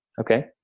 okay